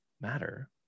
matter